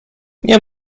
nie